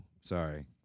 Sorry